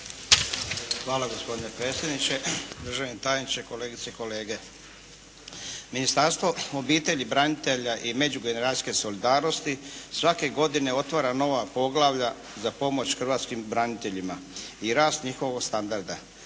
Hvala gospodine predsjedniče, državni tajniče, kolegice i kolege. Ministarstvo obitelji, branitelja i međugeneracijske solidarnosti svake godine otvara nova poglavlja za pomoć hrvatskim braniteljima i rast njihovog standarda.